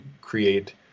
create